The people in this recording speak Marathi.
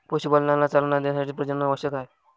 पशुपालनाला चालना देण्यासाठी प्रजनन आवश्यक आहे